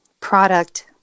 product